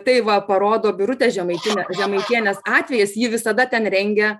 tai va parodo birutė žemaitinė žemaitienės atvejis ji visada ten rengia